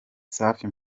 safi